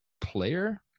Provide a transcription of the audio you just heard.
player